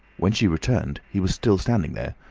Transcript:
when she returned he was still standing there,